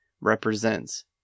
represents